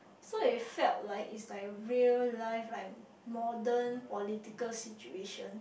so it felt like it's like real life like modern political situation